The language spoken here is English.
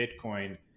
Bitcoin